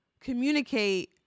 communicate